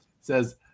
says